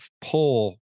pull